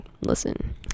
listen